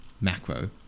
macro